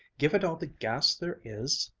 give it all the gas there is?